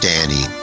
Danny